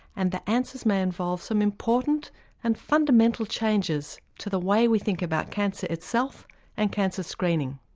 and the answers may involve some important and fundamental changes to the way we think about cancer itself and cancer screening.